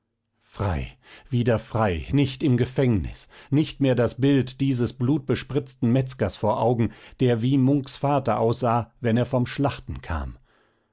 frei wieder frei nicht im gefängnis nicht mehr das bild dieses blutbespritzten metzgers vor augen der wie munks vater aussah wenn er vom schlachten kam